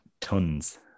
tons